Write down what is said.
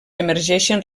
emergeixen